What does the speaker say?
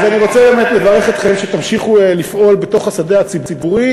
אז אני רוצה באמת לברך אתכם שתמשיכו לפעול בתוך השדה הציבורי,